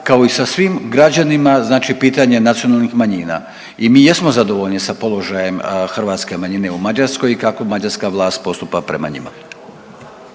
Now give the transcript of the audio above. kao i sa svim građanima znači pitanje nacionalnih manjina. I mi jesmo zadovoljni sa položajem hrvatske manjine u Mađarskoj i kako mađarska vlast postupa prema njima.